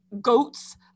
goats